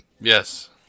Yes